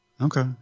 Okay